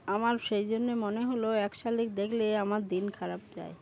আমার সেই জন্যে মনে হলো এক শালিক দেখলে আমার দিন খারাপ যায়